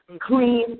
clean